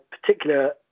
particular